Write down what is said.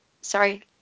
sorry